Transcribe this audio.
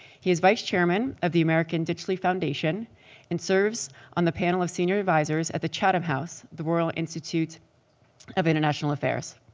he is vice chairman of the american ditchley foundation and serves on the panel of senior advisors at the chatham house, the royal institute of international affairs.